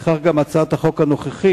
וכך גם הצעת החוק הנוכחית,